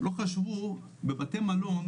בבתי מלון,